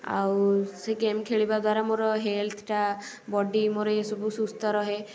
ଆଉ ସେ ଗେମ୍ ଖେଳିବା ଦ୍ୱାରା ମୋର ହେଲ୍ଥଟା ବଡ଼ି ମୋର ଏସବୁ ସୁସ୍ଥ ରହେ